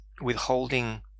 withholding